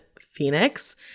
Phoenix